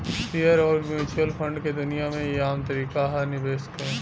share अउर mutual fund के दुनिया मे ई आम तरीका ह निवेश के